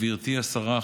גברתי השרה,